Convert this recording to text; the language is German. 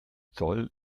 zoll